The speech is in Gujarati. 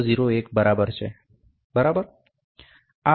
001 બરાબર છે બરાબર